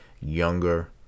younger